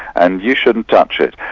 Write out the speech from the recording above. and you shouldn't touch it.